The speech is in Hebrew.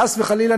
חס וחלילה,